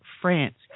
France